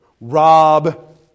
Rob